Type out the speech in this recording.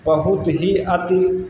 बहुत ही अति